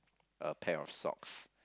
a pair of socks